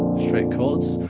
straight chords.